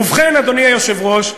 ובכן, אדוני היושב-ראש,